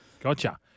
Gotcha